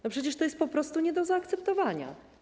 No przecież to jest po prostu nie do zaakceptowania.